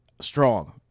strong